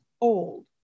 old